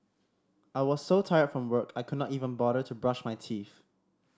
I was so tired from work I could not even bother to brush my teeth